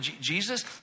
Jesus